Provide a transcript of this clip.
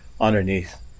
underneath